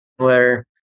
similar